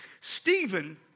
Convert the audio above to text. Stephen